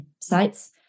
sites